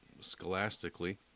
scholastically